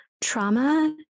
trauma